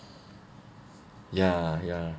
ya ya